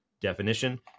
definition